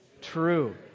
True